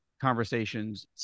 conversations